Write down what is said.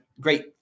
great